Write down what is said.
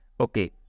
okay